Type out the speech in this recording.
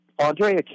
Andre